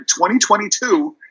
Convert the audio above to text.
2022